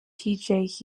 hughes